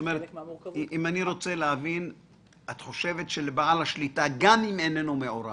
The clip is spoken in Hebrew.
את חושבת שלבעל השליטה, גם אם איננו מעורב,